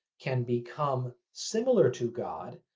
can become similar to god,